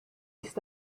ist